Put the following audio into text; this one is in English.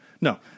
No